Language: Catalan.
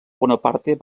bonaparte